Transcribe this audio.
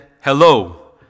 hello